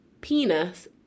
penis